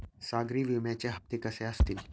सागरी विम्याचे हप्ते कसे असतील?